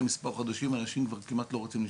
מספר חודשים אנשים כבר כמעט לא רוצים לשתות,